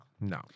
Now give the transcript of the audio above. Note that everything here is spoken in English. No